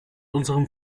unserem